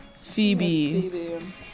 Phoebe